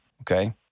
Okay